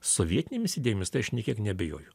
sovietinėmis idėjomis tai aš nė kiek neabejoju